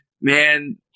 Man